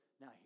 now